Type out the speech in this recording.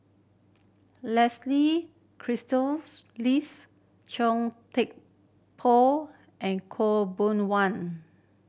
Leslie Lease Thye Poh and Khaw Boon Wan